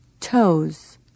Toes